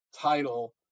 title